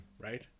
right